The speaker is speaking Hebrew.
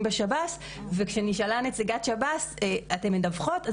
בשירות בתי הסוהר וכשנשאלה נציגת שב"ס "..אתן מדווחות..",